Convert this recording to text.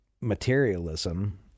materialism